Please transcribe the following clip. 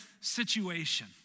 situation